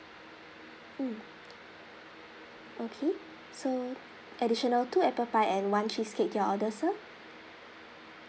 mm okay so additional two apple pie and one cheesecake to your order sir